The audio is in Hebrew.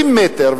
20 מטר,